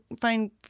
find